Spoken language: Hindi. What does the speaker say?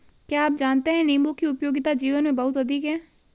क्या आप जानते है नीबू की उपयोगिता जीवन में बहुत अधिक है